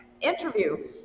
interview